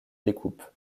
découpe